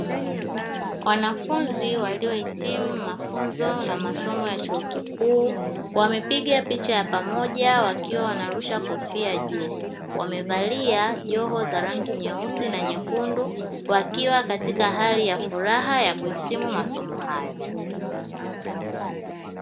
Wanafunzi waliohitimu mafunzo na masomo ya chuo kikuu wamepiga picha ya pamoja, wakiwa wanarusha kofia juu wamevalia joho za rangi nyeusi na nyekundu wakiwa katika hali ya furaha ya kuhitimu masomo hayo.